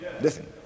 listen